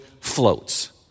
floats